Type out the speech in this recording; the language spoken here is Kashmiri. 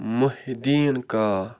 محدیٖن کاک